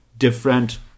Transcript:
different